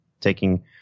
Taking